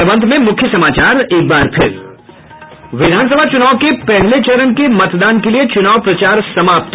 और अब अंत में मूख्य समाचार एक बार फिर विधानसभा चुनाव के पहले चरण के मतदान के लिये चुनाव प्रचार समाप्त